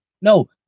no